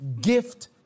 gift